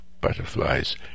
butterflies